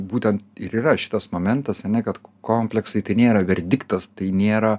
būtent ir yra šitas momentas ane kad kompleksai tai nėra verdiktas tai nėra